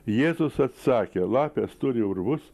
jėzus atsakė lapės turi urvus